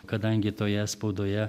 kadangi toje spaudoje